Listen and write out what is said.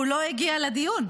הוא לא הגיע לדיון.